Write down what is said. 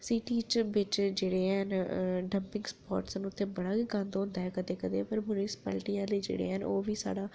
सीटी बिच्च जेह्ड़े हैन डमपिंग स्पोर्टस न उत्थै बड़ा गै गंद होंदा ऐ कदें कदें मुन्सपैल्टी आह्ले जेह्ड़े हैन ओह् बी साढ़ा हत्थ